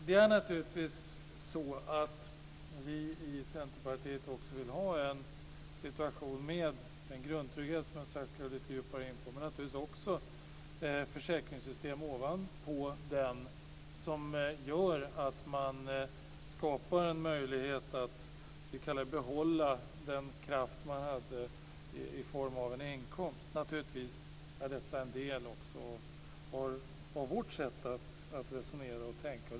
Det är naturligtvis så att också vi i Centerpartiet vill ha en situation med den grundtrygghet som jag strax ska gå lite djupare in på och med ett försäkringssystem ovanpå som skapar en möjlighet att behålla den kraft man hade i form av en inkomst. Detta är en del också av vårt sätt att resonera och tänka.